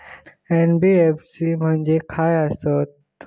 NBFC म्हणजे खाय आसत?